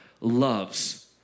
loves